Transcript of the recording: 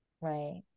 Right